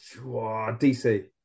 DC